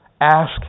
Ask